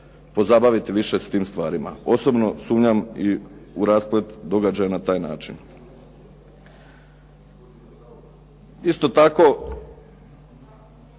pozabaviti više s tim stvarima. Osobno sumnjam i u rasplet događaja na taj način. Isto tako,